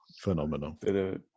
phenomenal